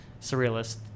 surrealist